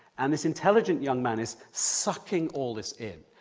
and this intelligent young man is sucking all this in.